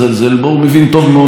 הוא מבין טוב מאוד מה הוא עושה,